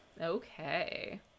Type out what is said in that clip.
Okay